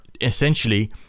essentially